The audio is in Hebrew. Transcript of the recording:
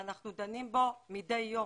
ואנחנו דנים בו מדי יום.